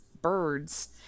birds